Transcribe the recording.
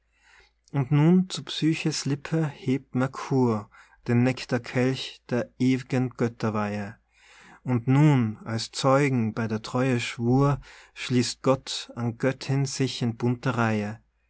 und nun zu psyche's lippen hebt mercur den nectarkelch der ew'gen götterweihe und nun als zeugen bei der treue schwur schließt gott an göttin sich in bunter reihe